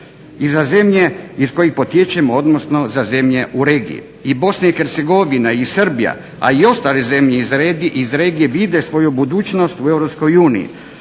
i za zemlje iz kojih potječemo, odnosno za zemlje u regiji. I BiH i Srbija, a i ostale zemlje iz regije vide svoju budućnost u EU.